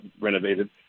renovated